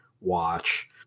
watch